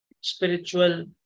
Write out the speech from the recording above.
spiritual